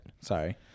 Sorry